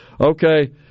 okay